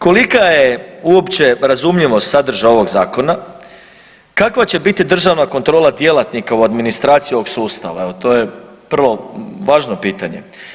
Kolika je uopće razumljivost sadržaja ovog zakona, kakva će biti državna kontrola djelatnika u administraciji ovog sustava, evo to je prvo važno pitanje.